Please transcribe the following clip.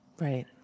Right